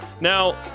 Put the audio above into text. Now